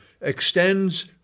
extends